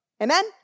Amen